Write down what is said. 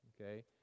okay